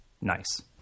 nice